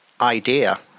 idea